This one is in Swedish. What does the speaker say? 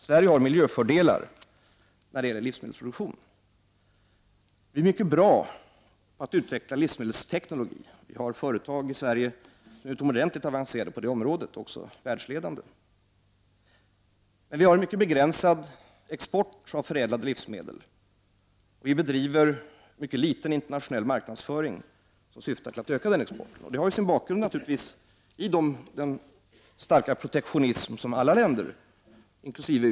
Sverige har miljöfördelar när det gäller livsmedelsproduktion. Vi är mycket bra på att utveckla livsmedelsteknik. Vi har utomordentligt avancerade och världsledande företag på det området i Sverige. Men vi har en mycket begränsad export av förädlade livsmedel. Vi bedriver i mycket liten utsträckning internationell marknadsföring som syftar till att öka den exporten. Det har naturligtvis sin bakgrund i den starka protektionism som alla länder, inkl.